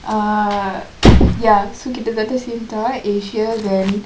uh ya so கிட்ட தட்ட:kitta thatta same தான்:thaan asia then